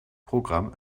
programm